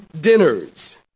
dinners